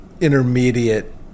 intermediate